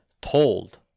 told